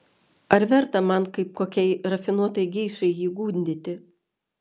ar verta man kaip kokiai rafinuotai geišai jį gundyti